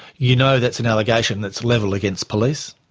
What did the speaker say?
you know that's an allegation that's levelled against police?